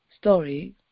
story